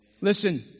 Listen